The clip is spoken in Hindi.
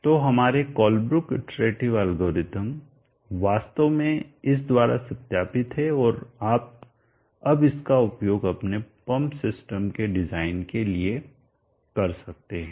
तो हमारे कोलब्रुक इटरेटिव एल्गोरिथ्म वास्तव में इस द्वारा सत्यापित है और आप अब इसका उपयोग अपने पंप सिस्टम के डिजाइन के लिए कर सकते हैं